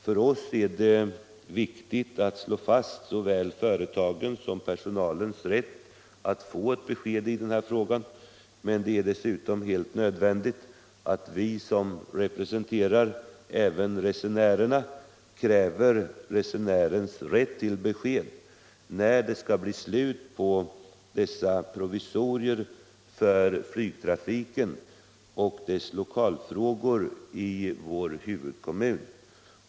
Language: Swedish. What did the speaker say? För oss är det viktigt att slå fast såväl företagens som personalens rätt att få besked i den här frågan. Men det är dessutom helt nödvändigt att vi, som även representerar resenärerna, kräver det besked resenärerna har rätt att få om när det skall bli slut på dessa provisorier för flygtrafiken och dess lokalfrågor i vår huvudkommun.